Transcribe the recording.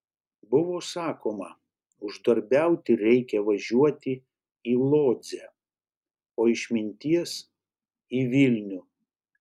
buvo sakoma uždarbiauti reikia važiuoti į lodzę o išminties į vilnių